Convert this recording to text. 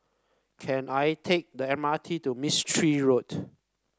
can I take the M R T to Mistri Road